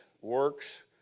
works